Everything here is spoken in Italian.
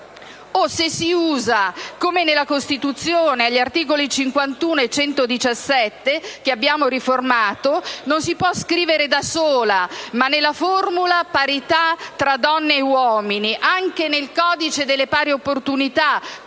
o, se si usa come nella Costituzione, agli articoli 51 e 117 che abbiamo riformato, non si può scrivere da sola, ma nella formula «parità tra donne e uomini». Anche nel codice delle pari opportunità,